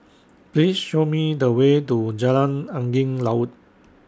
Please Show Me The Way to Jalan Angin Laut